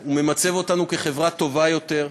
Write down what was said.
הוא ממצב אותנו כחברה טובה יותר.